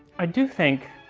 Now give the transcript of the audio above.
i do think,